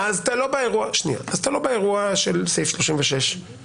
אז אתה לא באירוע של סעיף 39 לפסד"פ.